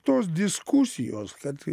tos diskusijos kad